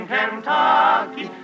Kentucky